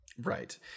Right